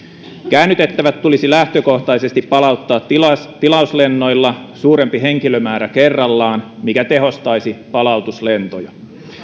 käännytettävät tulisi lähtökohtaisesti palauttaa tilauslennoilla suurempi henkilömäärä kerrallaan mikä tehostaisi palautuslentoja